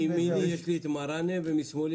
במסגרת